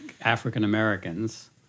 African-Americans